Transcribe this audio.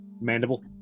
Mandible